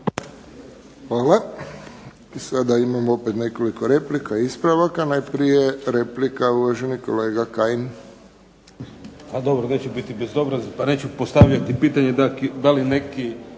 Hvala. I sada imamo opet nekoliko replika, ispravaka. Najprije replika uvaženi kolega Kajin. **Kajin, Damir (IDS)** Pa dobro neću biti bezobrazan pa neću postavljati pitanje da li neki